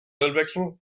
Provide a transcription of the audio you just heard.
ölwechsel